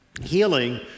Healing